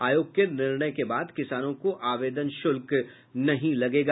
आयोग के निर्णय के बाद किसानों को आवेदन शुल्क नहीं लगेगा